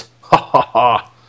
Ha-ha-ha